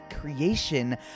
creation